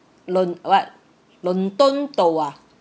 lun what lun don dou ah